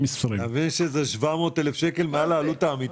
--- אתה מבין שזה 700,000 שקלים מעל העלות האמיתית?